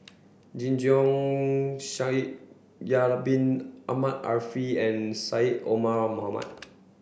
Jing Jun Shaikh Yahya Bin Ahmed Afifi and Syed Omar Mohamed